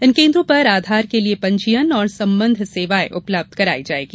इन केन्द्रों पर आधार के लिये पंजीयन और संबद्व सेवाएं उपलब्ध कराई जायेंगी